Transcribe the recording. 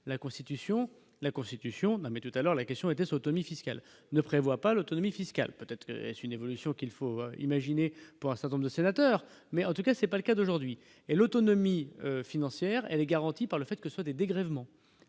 la Constitution la constitution mais tout à l'heure, la question était : autonomie fiscale ne prévoit pas l'autonomie fiscale peut-être est-ce une évolution qu'il faut imaginer pour un certain nombre de sénateurs, mais en tout cas c'est pas le cas d'aujourd'hui et l'autonomie financière, elle est garantie par le fait que soit des dégrèvements